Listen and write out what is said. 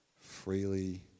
Freely